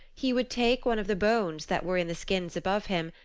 he would take one of the bones that were in the skins above him,